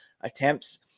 attempts